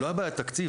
זה לא בעיית תקציב,